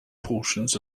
portions